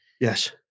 Yes